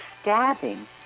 stabbing